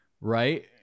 right